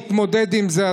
תתמודד עם זה,